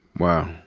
wow.